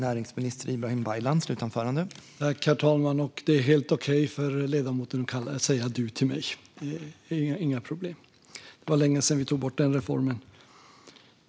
Herr talman! Det är helt okej för ledamoten att säga du till mig. Det är inga problem. Det är länge sedan vi gjorde den reformen.